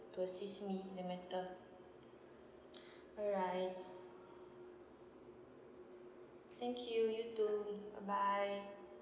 to assist me in the matter alright thank you you too bye bye